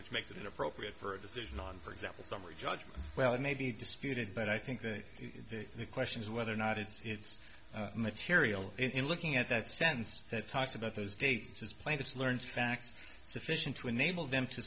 which makes it inappropriate for a decision on for example summary judgment well it may be disputed but i think that the question is whether or not it's material in looking at that stance that talks about those dates is plaintiff's learns facts sufficient to enable them to